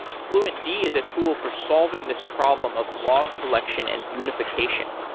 fluentd is a tool for solving this problem of log collection and unification.